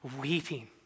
weeping